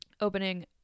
opening